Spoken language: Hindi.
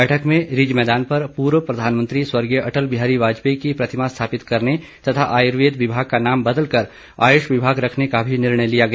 बैठक में रिज मैदान पर पूर्व प्रधानमंत्री स्वर्गीय अटल बिहारी वाजपेयी की प्रतिमा स्थापित करने तथा आयुर्वेद विभाग का नाम बदलकर आयुष विभाग रखने का भी निर्णय लिया गया